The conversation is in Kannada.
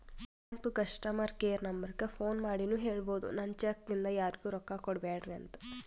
ಬ್ಯಾಂಕದು ಕಸ್ಟಮರ್ ಕೇರ್ ನಂಬರಕ್ಕ ಫೋನ್ ಮಾಡಿನೂ ಹೇಳ್ಬೋದು, ನನ್ ಚೆಕ್ ಇಂದ ಯಾರಿಗೂ ರೊಕ್ಕಾ ಕೊಡ್ಬ್ಯಾಡ್ರಿ ಅಂತ